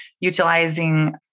utilizing